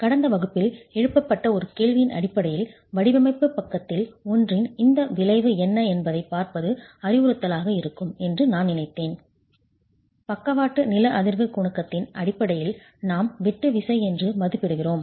கடந்த வகுப்பில் எழுப்பப்பட்ட ஒரு கேள்வியின் அடிப்படையில் வடிவமைப்பு பக்கத்தில் ஒன்றின் இந்த விளைவு என்ன என்பதைப் பார்ப்பது அறிவுறுத்தலாக இருக்கும் என்று நான் நினைத்தேன் பக்கவாட்டு நில அதிர்வு குணகத்தின் அடிப்படையில் நாம் வெட்டு விசை என்று மதிப்பிடுகிறோம்